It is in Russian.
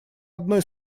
одной